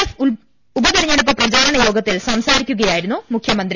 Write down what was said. F ഉപതെരഞ്ഞെടുപ്പ് പ്രചാരണ യോഗത്തിൽ സംസാരിക്കുകയായിരുന്നു മുഖ്യമന്ത്രി